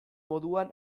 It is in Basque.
moduan